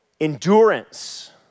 endurance